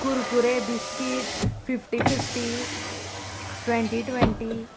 Kurkure biscuit fifty fifty twenty twenty